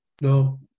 No